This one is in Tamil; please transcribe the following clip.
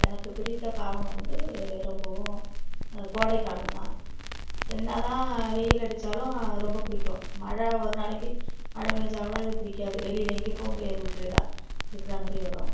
எனக்குப் பிடித்த காலம் வந்து ரொம்பவும் கோடைக்காலம் தான் என்ன தான் வெயில் அடித்தாலும் ரொம்ப பிடிக்கும் மழை ஒரு நாளைக்கு மழை பேஞ்சால் கூட அது பிடிக்காது வெளியில் எங்கேயும் போக முடியாது உள்ளே தான் இருக்கிற மாரி வரும்